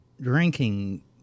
drinking